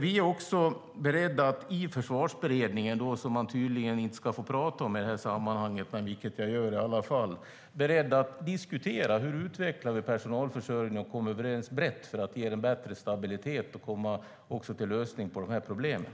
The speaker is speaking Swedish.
Vi är beredda att i Försvarsberedningen - som man tydligen inte ska få prata om i det här sammanhanget men som jag pratar om i alla fall - diskutera hur vi utvecklar personalförsörjningen. Hur kommer vi överens brett för att ge det hela en bättre stabilitet och komma till en lösning på problemen?